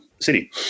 city